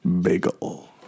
bagel